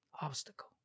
Obstacle